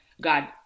God